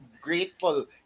grateful